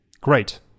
Great